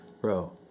Bro